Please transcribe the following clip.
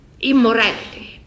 immorality